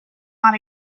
not